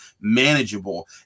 manageable